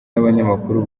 n’abanyamakuru